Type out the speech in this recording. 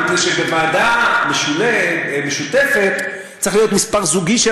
מפני שבוועדה משותפת צריך להיות מספר זוגי של